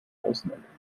außenantenne